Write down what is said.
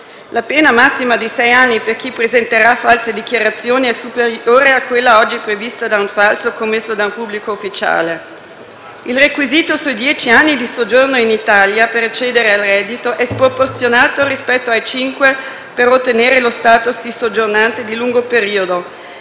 La pena massima di sei anni per chi presenterà false dichiarazioni è superiore a quella oggi prevista per un falso commesso da un pubblico ufficiale. Il requisito dei dieci anni di soggiorno in Italia per accedere al reddito è sproporzionato rispetto ai cinque per ottenere lo *status* di soggiornante di lungo periodo